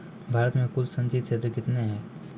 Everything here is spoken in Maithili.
भारत मे कुल संचित क्षेत्र कितने हैं?